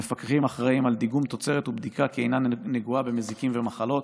המפקחים אחראים על דיגום תוצרת ובדיקה כי אינה נגועה במזיקים ובמחלות